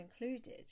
included